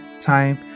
time